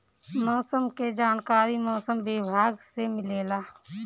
मौसम के जानकारी मौसम विभाग से मिलेला?